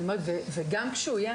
וגם כשהוא יהיה,